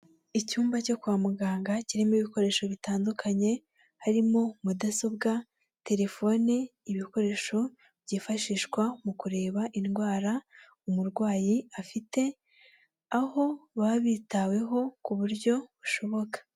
Icyumba cyo kwa muganga kirimo ibikoresho bitandukanye, harimo mudasobwa, telefone, ibikoresho byifashishwa mu kureba indwara umurwayi afite, aho baba bitaweho ku buryo bushoboka.